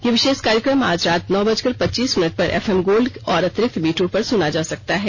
यह विशेष कार्यक्रम आज रात नौ बजकर पच्चीस मिनट पर एफएम गोल्ड और अतिरिक्त मीटरों पर सुना जा सकता है